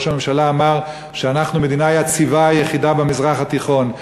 ראש הממשלה אמר שאנחנו המדינה היציבה היחידה במזרח התיכון.